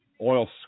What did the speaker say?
oil